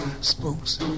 spooks